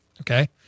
Okay